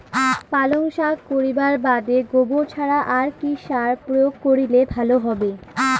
পালং শাক করিবার বাদে গোবর ছাড়া আর কি সার প্রয়োগ করিলে ভালো হবে?